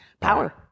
power